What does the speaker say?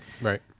Right